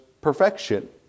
perfection